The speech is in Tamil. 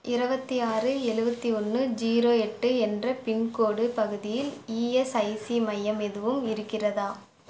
இருபத்தி ஆறு எழுபத்தி ஒன்று ஜீரோ எட்டு என்ற பின்கோடு பகுதியில் ஈஎஸ்ஐசி மையம் எதுவும் இருக்கிறதா